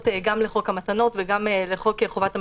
גם לחוק המתנות וגם לחוק חובת המכרזים.